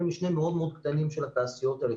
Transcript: משנה מאוד-מאוד קטנים של התעשיות האלה.